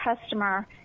customer